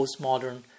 postmodern